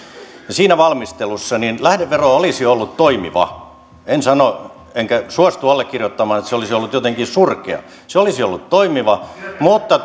siinä valmistelussa lähdevero olisi ollut toimiva en sano enkä suostu allekirjoittamaan että se olisi ollut jotenkin surkea se olisi ollut toimiva mutta